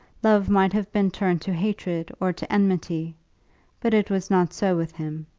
love might have been turned to hatred or to enmity but it was not so with him.